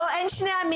אין שני עמים.